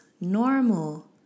normal